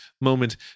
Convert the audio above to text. moment